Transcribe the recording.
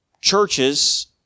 churches